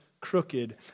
crooked